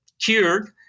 cured